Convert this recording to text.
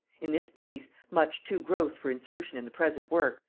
in this piece, much too gross for insertion in the present work,